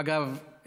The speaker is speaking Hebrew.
אגב,